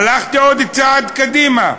הלכתי עוד צעד קדימה,